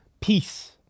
peace